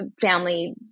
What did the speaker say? family